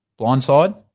Blindside